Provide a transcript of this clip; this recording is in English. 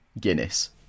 Guinness